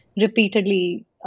repeatedly